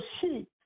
sheep